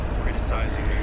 criticizing